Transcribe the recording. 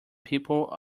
people